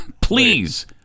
Please